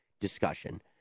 discussion